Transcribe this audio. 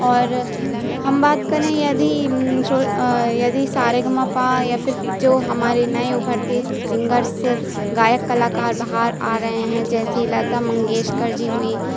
और हम बात कर रहे यदि यदि सारेगामापा या या फिर जो हमारे नए उभरते सिंगर्स गायक कलाकार बाहर आ रहे हैं जैसे लता मंगेशकर जी हुई